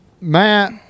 Matt